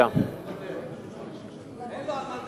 הוא מוותר,